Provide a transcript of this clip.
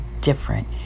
different